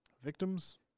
victims